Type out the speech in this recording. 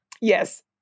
Yes